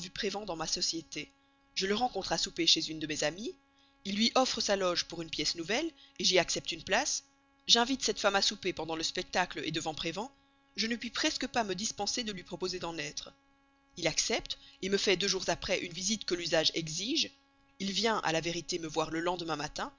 prévan dans ma société je le rencontre à souper chez une femme de mes amies il lui offre sa loge pour une pièce nouvelle j'y accepte une place j'invite cette femme à souper pendant le spectacle devant prévan je ne puis presque pas me dispenser de lui proposer d'en être il accepte me fait deux jours après une visite que l'usage exige il vient à la vérité me voir le lendemain matin